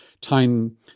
time